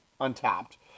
untapped